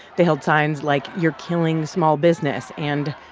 they held signs like, you're killing small business, and,